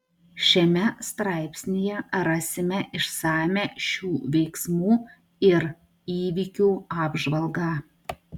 šiame straipsnyje rasime išsamią šių veiksmų ir įvykių apžvalgą